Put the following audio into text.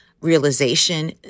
realization